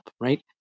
right